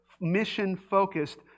mission-focused